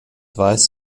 weiß